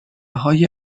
های